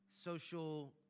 social